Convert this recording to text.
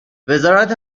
وزارت